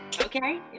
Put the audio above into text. Okay